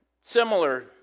similar